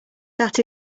that